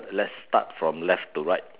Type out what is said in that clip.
let's start from left to right